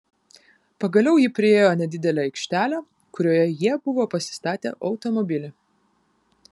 pagaliau ji priėjo nedidelę aikštelę kurioje jie buvo pasistatę automobilį